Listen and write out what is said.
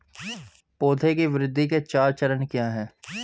पौधे की वृद्धि के चार चरण क्या हैं?